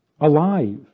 alive